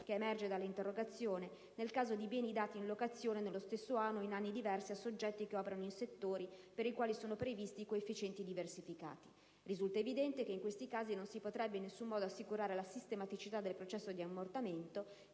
che emerge dall'interrogazione nel caso di beni dati in locazione nello stesso anno o in anni diversi a soggetti che operano in settori per i quali sono previsti coefficienti diversificati. Risulta evidente che in questi casi non si potrebbe in nessun modo assicurare la sistematicità del processo di ammortamento